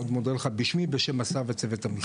מאוד מודה לך, בשמי, בשם השר ובשם צוות המשרד.